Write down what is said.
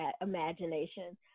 imagination